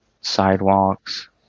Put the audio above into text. sidewalks